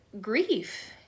grief